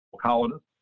colonists